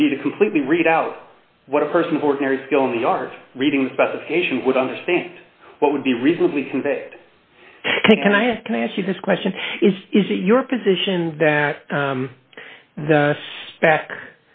would be to completely read out what a person of ordinary skill in the art reading specification would understand what would be reasonably convict and i have to ask you this question is is it your position that the spec